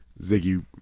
Ziggy